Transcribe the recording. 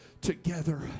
together